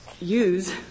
Use